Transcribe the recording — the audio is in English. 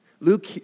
Luke